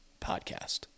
Podcast